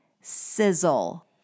sizzle